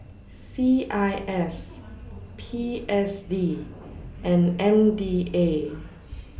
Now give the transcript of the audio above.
C I S P S D and M D A